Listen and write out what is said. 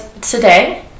today